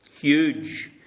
huge